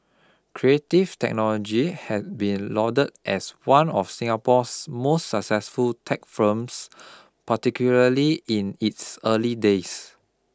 creative Technology has been lauded as one of Singapore's most successful tech firms particularly in its early days